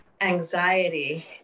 anxiety